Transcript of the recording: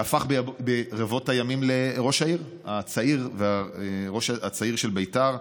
הפכת ברבות הימים לראש העיר הצעיר של ביתר.